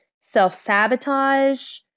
self-sabotage